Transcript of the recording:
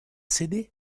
céder